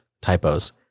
typos